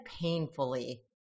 painfully